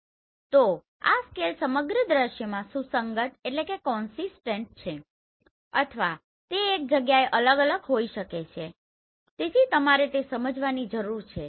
તો આ સ્કેલ સમગ્ર દ્રશ્યમાં સુસંગત છે અથવા તે એક જગ્યાએ અલગ અલગ હોઈ શકે છે તેથી તમારે તે સમજવાની જરૂર છે